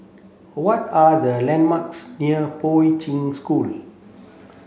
what are the landmarks near Poi Ching School